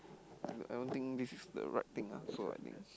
I I don't think this is the right thing ah so I think